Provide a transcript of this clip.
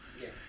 Yes